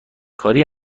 کاری